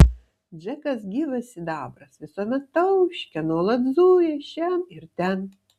džekas gyvas sidabras visuomet tauškia nuolat zuja šen ir ten